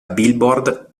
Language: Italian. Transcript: billboard